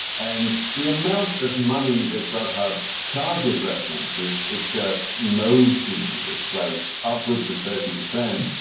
and the amount of money that grubhub charges restaurants is it's just nosebleed. it's like upwards of thirty percent.